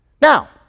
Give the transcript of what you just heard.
Now